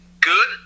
good